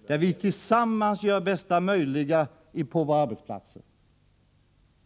Vi skall tillsammans göra det bästa möjliga på våra arbetsplatser.